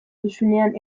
duzunean